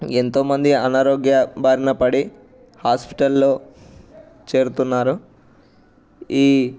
ఎంతోమంది అనారోగ్య బారిన పడి హాస్పిటలలో చేరుతున్నారు ఈ